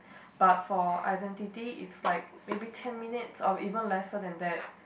but for identity it's like maybe ten minutes or even lesser than that